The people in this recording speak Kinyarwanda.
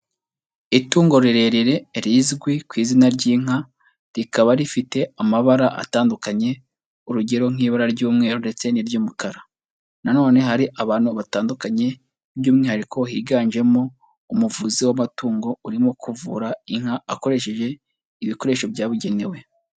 Itungo rirerire rizwi ku izina ry'inka, rikaba rifite amabara atandukanye urugero nk'ibara ry'umweru ndetse n'iry'umukara. Na none hari abantu batandukanye by'umwihariko higanjemo umuvuzi w'amatungo urimo kuvura inka akoresheje ibikoresho byabugenewe.